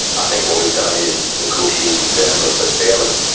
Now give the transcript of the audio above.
i think what we've done is negotiated firmly but fairly.